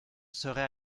serait